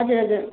हजुर हजुर